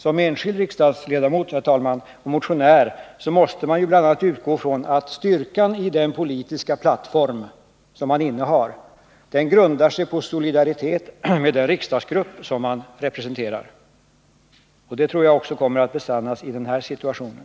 Som enskild riksdagsledamot och motionär måste man bl.a. utgå ifrån att styrkan i den politiska plattform man innehar grundar sig på solidaritet med den riksdagsgrupp man representerar. Jag tror också att riktigheten av en sådan inställning kommer att besannas i den här situationen.